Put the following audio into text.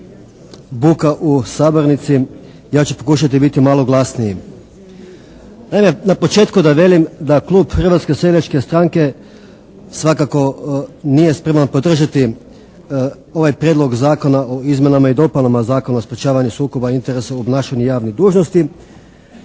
buka u sabornici, ja ću pokušati biti malo glasniji. Naime, a početku da velim da klub Hrvatske seljačke stranke svakako nije spreman podržati ovaj Prijedlog zakona o izmjenama i dopunama Zakona o sprječavanju sukoba interesa u obnašanju javnih dužnosti